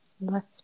Left